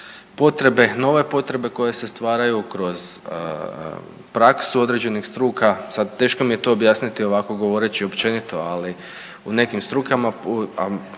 potrebe nove potrebe koje se stvaraju kroz praksu određenih struka. Sad teško mi je to objasniti ovako govoreći općenito, ali u nekim strukama,